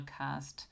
podcast